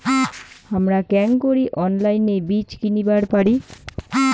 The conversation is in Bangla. হামরা কেঙকরি অনলাইনে বীজ কিনিবার পারি?